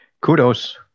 kudos